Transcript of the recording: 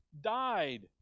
died